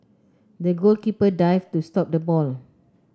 the goalkeeper dived to stop the ball